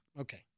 Okay